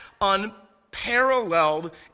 unparalleled